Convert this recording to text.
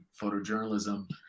photojournalism